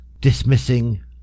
Dismissing